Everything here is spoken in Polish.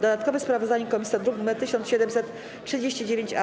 Dodatkowe sprawozdanie komisji to druk nr 1739-A.